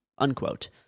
unquote